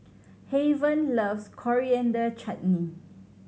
Haven loves Coriander Chutney